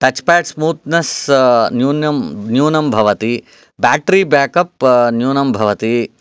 टच् pad smoothness न्यून्यं न्यूनं भवति ब्याटरि बाक् अप् न्यूनं भवति